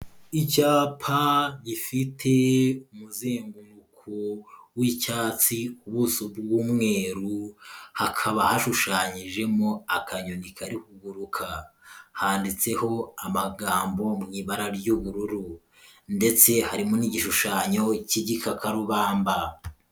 Icyapa gifite umuzenguruko w'icyatsi, ubuso bw'umweru, hakaba hashushanyijemo akanyoni kari kuguruka, handitseho amagambo mu ibara ry'ubururu ndetse harimo n'igishushanyo cy'igikakarubamba.